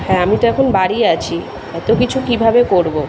হ্যাঁ আমি তো এখন বাড়ি আছি এত কিছু কীভাবে করব